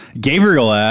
Gabriel